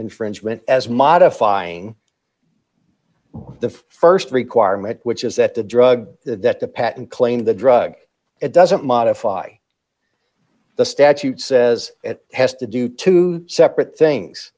infringement as modifying the st requirement which is that the drug that the patent claim the drug it doesn't modify the statute says it has to do two separate things